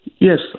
Yes